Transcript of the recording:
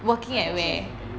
I am not sure if can get you